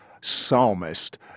psalmist